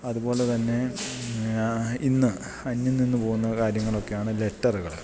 അതുപോലെതന്നെ ഇന്ന് അന്യം നിന്നുപോകുന്ന കാര്യങ്ങളൊക്കെയാണ് ലെറ്ററുകൾ